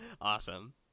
awesome